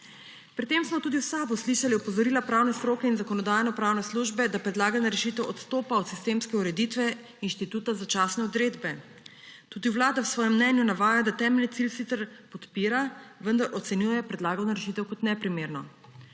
Pri tem smo tudi v SAB slišali opozorila pravne stroke in Zakonodajno-pravne službe, da predlagana rešitev odstopa od sistemske ureditve inštituta začasne odredbe. Tudi Vlada v svojem mnenju navaja, da temeljni cilj sicer podpira, vendar ocenjuje predlagano rešitev kot neprimerno.